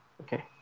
Okay